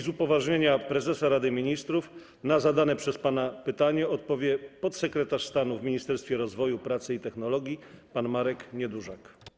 Z upoważnienia prezesa Rady Ministrów na zadane przez pana pytanie odpowie podsekretarz stanu w Ministerstwie Rozwoju, Pracy i Technologii pan Marek Niedużak.